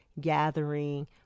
gathering